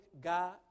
God